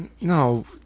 No